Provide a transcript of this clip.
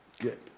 good